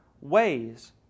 ways